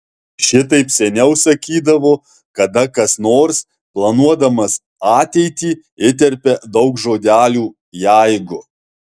šitaip seniau sakydavo kada kas nors planuodamas ateitį įterpia daug žodelių jeigu